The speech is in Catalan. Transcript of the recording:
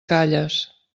calles